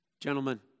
Gentlemen